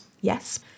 Yes